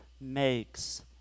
makes